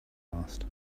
passed